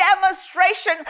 demonstration